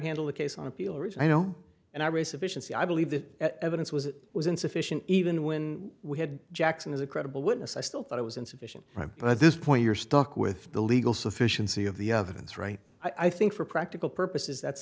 handle the case on appeal region you know and i race efficiency i believe the evidence was it was insufficient even when we had jackson as a credible witness i still thought it was insufficient but at this point you're stuck with the legal sufficiency of the evidence right i think for practical purposes that's